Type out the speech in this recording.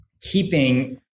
keeping